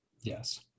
Yes